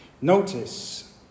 Notice